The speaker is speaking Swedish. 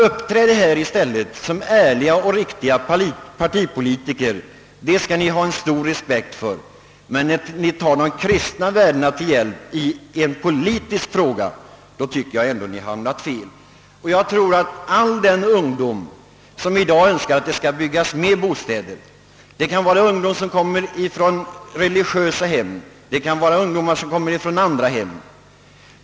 Uppträd här i stället som ärliga och riktiga partipolitiker! Det skulle ni vinna stor respekt för. Men när ni tar de kristna värdena till hjälp i en politisk fråga, anser jag att ni handlar fel. Det finns många ungdomar som i dag önskar att det skall byggas fler bostäder. Det kan vara ungdomar som kommer från religiösa hem och det kan vara ungdomar från andra hem.